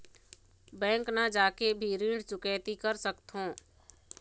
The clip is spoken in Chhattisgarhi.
बैंक न जाके भी ऋण चुकैती कर सकथों?